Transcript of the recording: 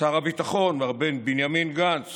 שר הביטחון מר בנימין גנץ